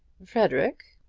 frederic,